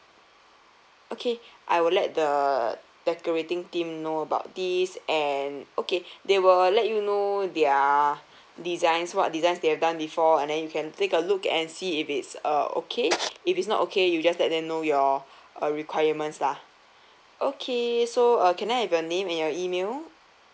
okay I will let the decorating team know about this and okay they will let you know their designs what designs they've done before and then you can take a look and see if it's uh okay if it's not okay you just let them know your uh requirements lah okay so uh can I have your name and your email